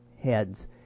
heads